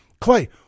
Clay